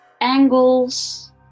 angles